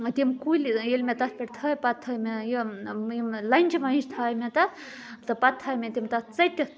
تِم کُلۍ ییٚلہِ مےٚ تَتھ پٮ۪ٹھ تھٲے پَتہٕ تھٲے مےٚ یِم لَنٛجہِ وَنجہِ تھایہِ مےٚ تَتھ تہٕ پَتہٕ تھایے مےٚ تِم تَتھ ژٔٹِتھ